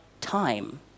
time